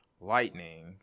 Lightning